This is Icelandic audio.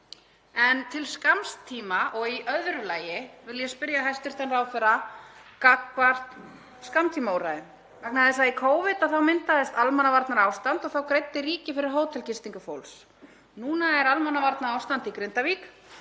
En til skamms tíma og í öðru lagi vil ég spyrja hæstv. ráðherra um skammtímaúrræði, vegna þess að í Covid myndaðist almannavarnaástand og þá greiddi ríkið fyrir hótelgistingu fólks. Núna er almannavarnaástand í Grindavík,